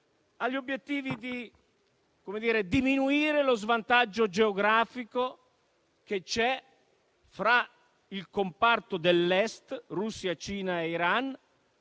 molto precisi: diminuire lo svantaggio geografico che c'è fra il comparto dell'Est (Russia, Cina e Iran)